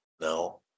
no